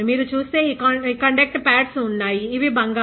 మీరు చూస్తే ఈ కండక్ట్ పాడ్స్ ఉన్నాయి ఇవి బంగారం